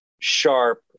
sharp